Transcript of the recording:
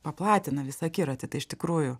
paplatina visą akiratį tai iš tikrųjų